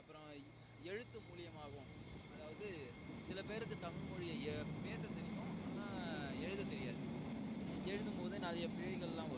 அப்புறம் எழுத்து மூலியமாகவும் அதாவது சில பேருக்கு தமிழ் மொழியை பேச தெரியும் ஆனால் எழுத தெரியாது எழுதும்போது நிறையா பிழைகள்லாம் வரும்